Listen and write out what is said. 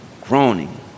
groaning